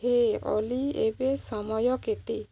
ହେ ଅଲି ଏବେ ସମୟ କେତେ